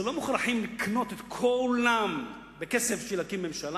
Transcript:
על כך שלא מוכרחים לקנות את כולם בכסף בשביל להקים ממשלה,